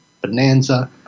Bonanza